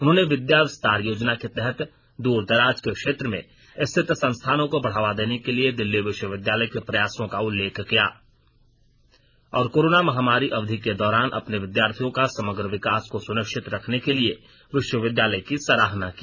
उन्होंने विद्या विस्तार योजना के तहत दूर दराज के क्षेत्र में स्थित संस्थानों को बढ़ावा देने के दिल्ली विश्वविद्यालय के प्रयासों का उल्लेख किया और कोरोना महामारी अवधि के दौरान अपने विद्यार्थियों का समग्र विकास को सुनिश्चित रखने के लिये विश्वविद्यालय की सराहना की